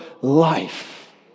life